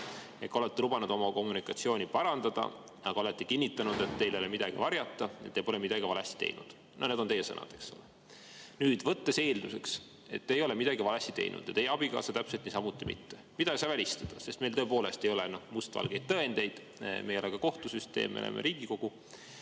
Olete lubanud oma kommunikatsiooni parandada, aga olete kinnitanud, et teil ei ole midagi varjata, te pole midagi valesti teinud. Need on teie sõnad. Nüüd, võttes eelduseks, et te ei ole midagi valesti teinud ja teie abikaasa täpselt niisamuti mitte – mida ei saa välistada, sest meil tõepoolest ei ole mustvalgeid tõendeid, me ei ole ka kohtusüsteem, me oleme Riigikogu